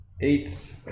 Eight